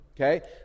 Okay